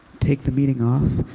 take the meeting off,